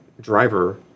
driver